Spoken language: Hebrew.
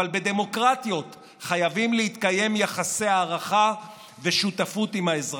אבל בדמוקרטיות חייבים להתקיים יחסי הערכה ושותפות עם האזרחים.